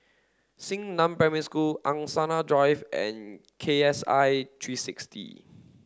Xingnan Primary School Angsana Drive and K S I three sixty